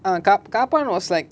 ah kaap~ kaapan was like